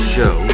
Show